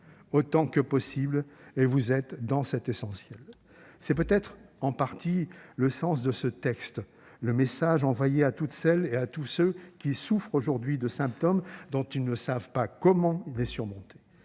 autant que possible, et vous êtes dans cet essentiel. » C'est peut-être en partie le sens de ce texte, le message envoyé à toutes celles et à tous ceux qui souffrent aujourd'hui de symptômes qu'ils ne savent pas comment surmonter